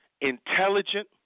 intelligent